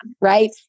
right